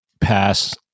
pass